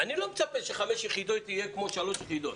אני לא מצפה ש-5 יחידות יהיה כמו 3 יחידות,